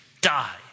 die